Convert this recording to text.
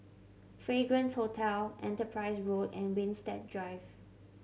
Fragrance Hotel Enterprise Road and Winstedt Drive